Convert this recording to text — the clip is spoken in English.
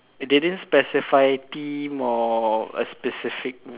they didn't specify theme or a specific music